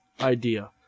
idea